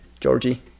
georgie